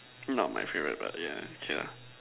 not my favorite but yeah okay lah